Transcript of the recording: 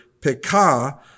Pekah